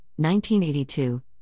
1982